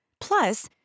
Plus